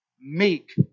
meek